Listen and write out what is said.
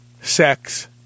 sex